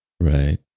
Right